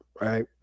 right